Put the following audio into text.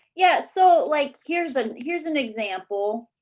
yeah, so, like here's an here's an example.